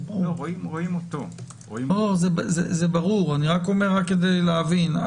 אני רק אומר כדי להבין.